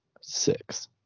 six